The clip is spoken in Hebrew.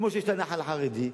כמו שיש הנח"ל החרדי.